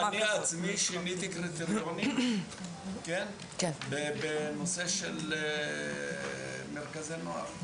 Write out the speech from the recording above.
אפילו אני עצמי שיניתי קריטריונים בנושא של מרכזי נוער.